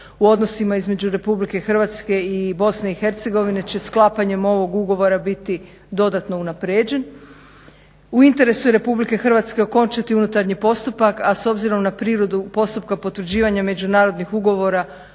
u odnosima između RH i BIH će sklapanjem ovog ugovora dodatno unaprijeđen. U interesu je RH okončati unutarnji postupak a s obzirom na prirodu postupka potvrđivanje međunarodnih ugovora